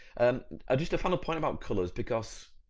and and ah just a final point about colours because,